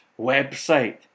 website